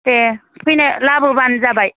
दे फैनो लाबोबानो जाबाय